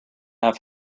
have